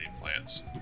plants